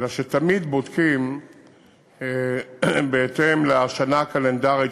אלא שתמיד בודקים בהתאם לשנה הקלנדרית